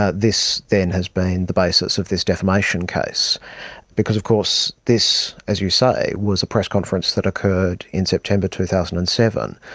ah this then has been the basis of this defamation case because of course this, as you say, was a press conference that occurred in september two thousand and seven,